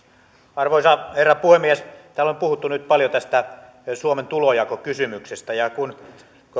arvoisa herra puhemies täällä on puhuttu nyt paljon tästä suomen tulonjakokysymyksestä ja kun